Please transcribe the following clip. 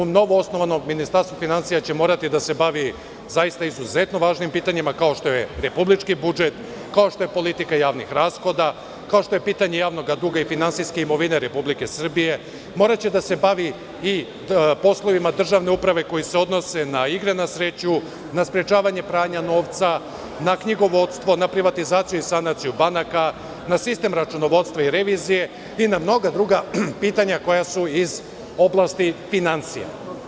To novoosnovano Ministarstvo finansija će morati da se bavi zaista izuzetno važnim pitanjima, kao što je: republički budžet, politika javnih rashoda, pitanje javnog duga i finansijske imovine Republike Srbije, poslovima državne uprave koji se odnose na igre na sreću, na sprečavanje pranja novca, na knjigovodstvo, na privatizaciju i sanaciju banaka, na sistem računovodstva i revizije i na mnoga druga pitanja koja su iz oblasti finansija.